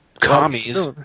Commies